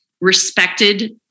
respected